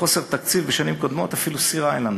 ומחוסר תקציב בשנים קודמות אפילו סירה אין לנו.